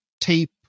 tape